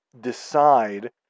decide